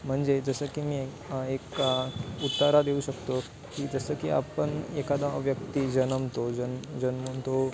म्हणजे जसं की मी एक उत्तारा देऊ शकतो की जसं की आपण एखादा व्यक्ती जन्मतो जन जन्मून तो